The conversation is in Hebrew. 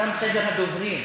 תם סדר הדוברים.